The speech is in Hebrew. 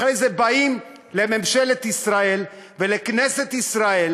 אחרי זה באים לממשלת ישראל ולכנסת ישראל,